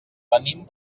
venim